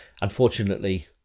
unfortunately